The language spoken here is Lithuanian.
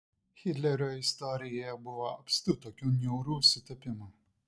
hitlerio istorijoje buvo apstu tokių niaurių sutapimų